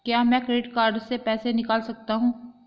क्या मैं credit card से पैसे निकाल सकता हूँ?